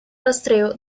rastreo